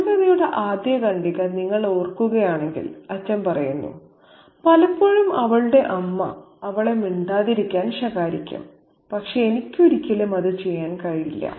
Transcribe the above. ചെറുകഥയുടെ ആദ്യ ഖണ്ഡിക നിങ്ങൾ ഓർക്കുകയാണെങ്കിൽ അച്ഛൻ പറയുന്നു പലപ്പോഴും അവളുടെ അമ്മ അവളെ മിണ്ടാതിരിക്കാൻ ശകാരിക്കും പക്ഷേ എനിക്കൊരിക്കലും അത് ചെയ്യാൻ കഴിയില്ല